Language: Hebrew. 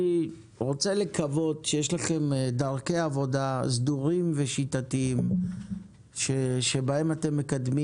אני רוצה לקוות שיש לכם דרכי עבודה סדורים ושיטתיים בהם אתם מקדמים